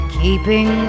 keeping